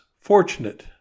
fortunate